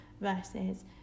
versus